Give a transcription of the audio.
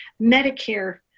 Medicare